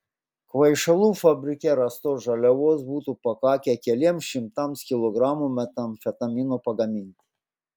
kvaišalų fabrike rastos žaliavos būtų pakakę keliems šimtams kilogramų metamfetamino pagaminti